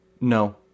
No